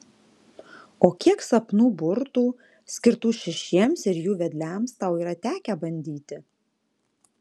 o kiek sapnų burtų skirtų šešiems ir jų vedliams tau yra tekę bandyti